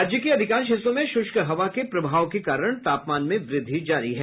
राज्य के अधिकांश हिस्सों में शुष्क हवा के प्रभाव के कारण तापमान में वृद्धि जारी है